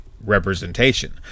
representation